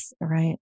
Right